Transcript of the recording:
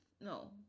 No